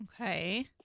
Okay